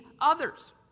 others